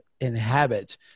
inhabit